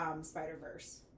Spider-Verse